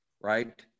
right